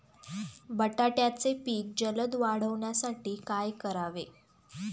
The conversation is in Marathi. बटाट्याचे पीक जलद वाढवण्यासाठी काय करावे?